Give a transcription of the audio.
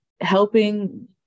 helping